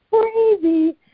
Crazy